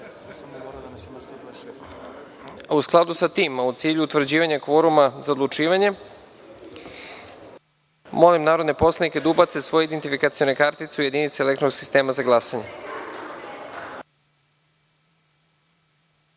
skladu sa tim, a u cilju utvrđivanja kvoruma za odlučivanje, molim narodne poslanike da ubace svoje identifikacione kartice u jedinice elektronskog sistema za